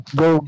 go